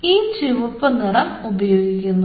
ഇവിടെ ചുവപ്പുനിറം ഉപയോഗിക്കുന്നു